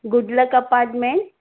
good luck apartment